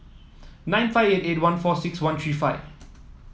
nine five eight eight one four six one three five